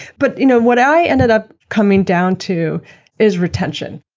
but you know what i ended up coming down to is retention.